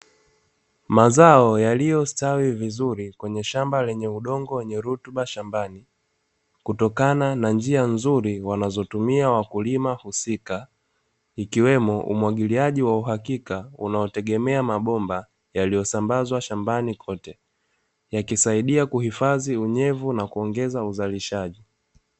Mazao yaliyositawi vizuri kwenye shamba lenye udongo wenye rutuba shambani, kutokana na njia nzuri wanazotumia wakulima husika, ikiwemo umwagiliaji wa uhakika unaotegemea mabomba yaliyosambazwa shambani kote, yakisaidia kuhifadhi unyevu na kuongeza uzalishaji.